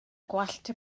gwallt